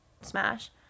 smash